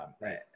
right